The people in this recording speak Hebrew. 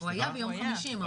הוא היה ביום חמישי.